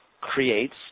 creates